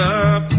up